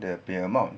dia punya amount